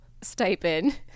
stipend